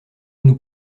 nous